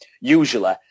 usually